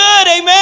Amen